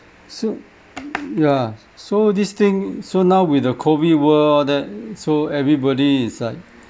so ya so this thing so now with the COVID world all that so everybody is like